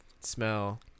smell